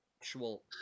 actual